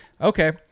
Okay